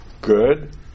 good